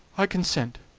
i consent,